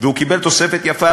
והוא קיבל תוספת יפה,